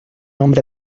hombre